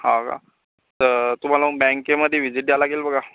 हा का तर तुम्हाला मग बँकेमध्ये विझिट द्यायला लागेल बघा